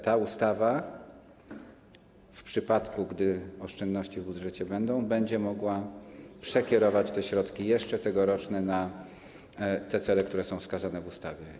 Tą ustawą, w przypadku gdy będą oszczędności w budżecie, będzie można przekierować środki jeszcze tegoroczne na cele, które są wskazane w ustawie.